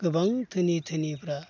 गोबां धोनि धोनिफ्रा